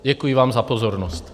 Děkuji vám za pozornost.